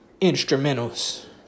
instrumentals